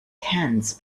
hands